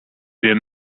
wir